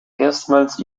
erstmals